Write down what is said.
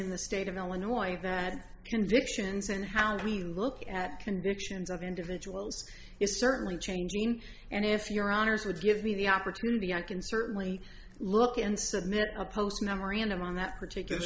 in the state of illinois that convictions and how we look at convictions of individuals is certainly changing and if your honour's would give me the opportunity i can certainly look and submit a post memorandum on that particular